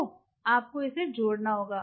ओह आपको इसे जोड़ना होगा